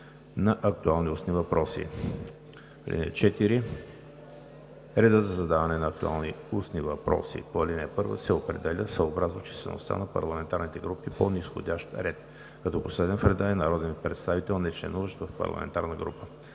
на актуални устни въпроси. (4) Редът за задаване на актуални устни въпроси по ал. 1 се определя съобразно числеността на парламентарните групи по низходящ ред, като последен в реда е народен представител, нечленуващ в парламентарна група.